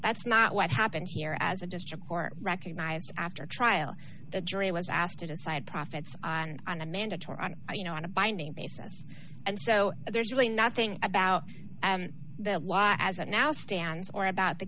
that's not what happened here as a district court recognized after a trial the jury was asked to decide profits on on a mandatory you know on a binding basis and so there's really nothing about the law as it now stands or about the